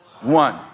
one